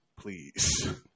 Please